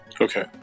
Okay